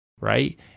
right